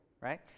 right